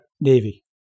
Navy